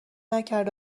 نکرد